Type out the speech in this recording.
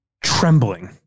trembling